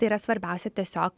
tai yra svarbiausia tiesiog